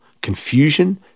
confusion